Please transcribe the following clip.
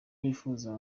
bifuza